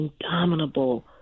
indomitable